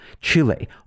Chile